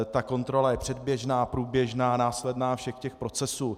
Ta kontrola je předběžná, průběžná, následná všech těch procesů.